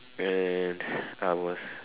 and I was